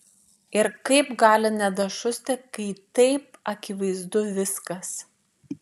ir kaip gali nedašusti kai taip akivaizdu viskas